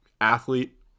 athlete